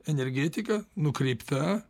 energetika nukreipta